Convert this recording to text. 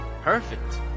perfect